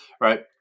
right